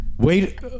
Wait